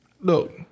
look